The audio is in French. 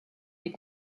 est